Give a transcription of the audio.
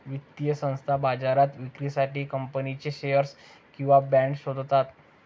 वित्तीय संस्था बाजारात विक्रीसाठी कंपनीचे शेअर्स किंवा बाँड शोधतात